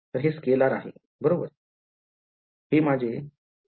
तर हे scalar आहे बरोबर हे माझे हा